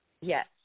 Yes